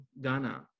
Ghana